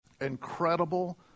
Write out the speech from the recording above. incredible